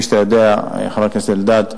חבר הכנסת אלדד,